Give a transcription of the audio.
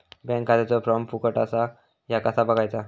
Bank खात्याचो form फुकट असा ह्या कसा बगायचा?